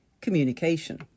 Communication